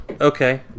Okay